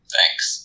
Thanks